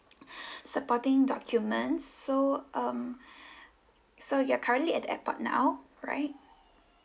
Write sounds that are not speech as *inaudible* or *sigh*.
*breath* supporting documents so um *breath* so you're currently at the airport now right